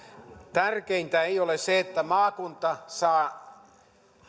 tärkeintä ei ole se että maakunta saa